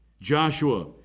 Joshua